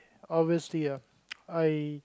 obviously uh I